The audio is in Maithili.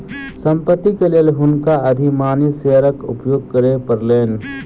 संपत्ति के लेल हुनका अधिमानी शेयरक उपयोग करय पड़लैन